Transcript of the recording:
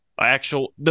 actual